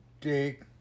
take